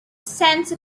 sense